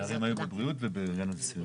הפערים היו בבריאות ובהגנת הסביבה.